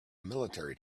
military